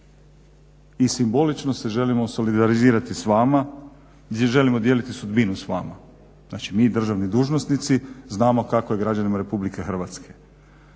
i simbolično se želimo solidarizirati s vama i želimo dijeliti sudbinu s vama. Znači mi državni dužnosnici znamo kako je građanima RH.